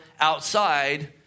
outside